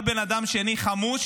כל בן אדם שני חמוש,